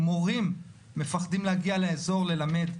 מורים מפחדים להגיע לאזור ללמד.